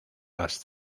las